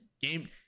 game